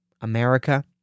America